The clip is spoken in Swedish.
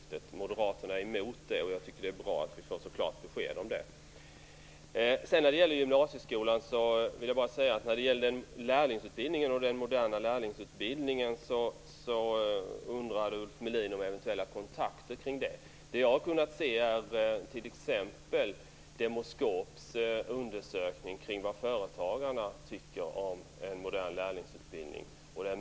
Moderaterna är emot det, och jag tycker att det är bra att vi får så klart besked om det. När det gäller gymnasieskolan undrade Ulf Melin om eventuella kontakter kring den moderna lärlingsutbildningen. Jag har t.ex. kunnat se Demoskops undersökning kring vad företagarna tycker om en modern lärlingsutbildning.